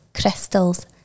crystals